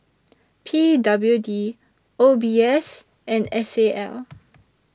P W D O B S and S A L